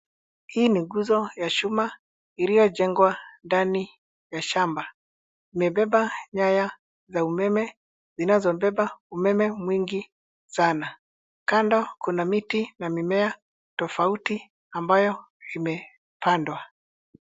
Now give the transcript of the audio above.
Hii ni nguzo ya chuma iliyojengwa ndani ya shamba, imebeba nyaya za umeme zinazobeba umeme mwingi sana. Kando kuna miti na mimea tofauti ambayo imepandwa.